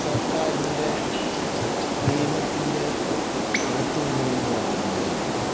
സർക്കാരിന്റെ നിയമത്തിന്റെ അകത്തു നിന്നു കൊണ്ട് പ്രവർത്തിക്കേണ്ട ചാനലുകളാണ്